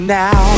now